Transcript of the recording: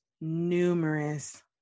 numerous